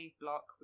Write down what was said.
block